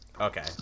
Okay